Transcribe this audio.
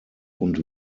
und